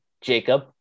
Jacob